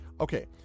okay